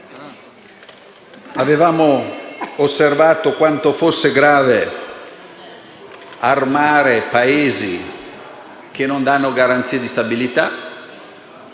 Avevamo osservato quanto fosse grave armare Paesi che non danno garanzie di stabilità.